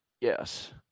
Yes